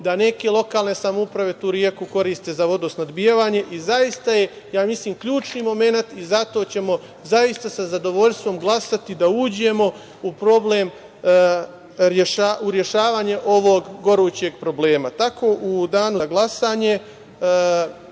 da neke lokalne samouprave tu reku koriste za vodosnabdevanje i zaista je, ja mislim, ključni momenat i zato ćemo zaista sa zadovoljstvom glasati da uđemo u rešavanje ovog gorućeg problema.U danu za glasanje